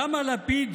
כמה לפיד,